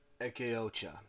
Ekeocha